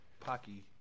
pocky